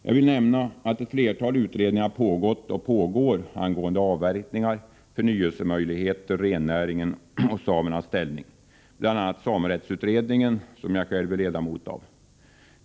Jag vill nämna att ett flertal utredningar har pågått och pågår angående avverkningar, förnyelsemöjligheter, rennäring och samernas ställning. En av dem är samerättsutredningen, som jag själv är ledamot av.